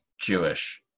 Jewish